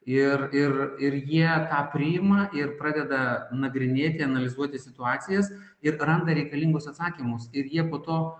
ir ir ir jie tą priima ir pradeda nagrinėti analizuoti situacijas ir randa reikalingus atsakymus ir jie po to